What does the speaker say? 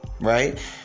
Right